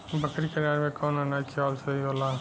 बकरी के अनाज में कवन अनाज खियावल सही होला?